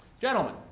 Gentlemen